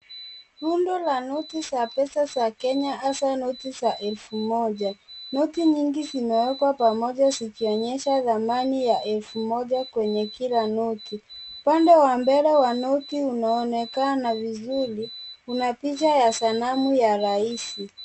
Rundo la noti za pesa za kenya hasa noti za elfu moja, noti nyingi zimeekwa pamoja kuonyesha thamana ya pesa elfu moja kwenye kila noti, upande wa mbele wa noti unaonekana vizuri kuna picha ya sanamu ya Rais.